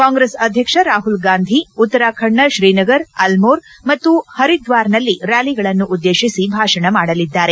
ಕಾಂಗ್ರೆಸ್ ಅಧ್ಯಕ್ಷ ರಾಪುಲ್ಗಾಂಧಿ ಉತ್ತರಾಖಂಡ್ನ ಶ್ರೀನಗರ್ ಅಲ್ಲೋರ ಮತ್ತು ಪರಿದ್ದಾರ್ನಲ್ಲಿ ರ್ನಾಲಿಗಳನ್ನು ಉದ್ಲೇಶಿಸಿ ಭಾಷಣ ಮಾಡಲಿದ್ದಾರೆ